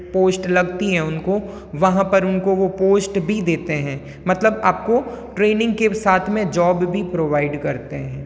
post लगती हैं उनको वहाँ पर उनको वो पोस्ट भी देते हैं मतलब आपको ट्रेनिंग के साथ में जाॅब भी प्रोवाइड करते हैं